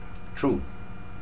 true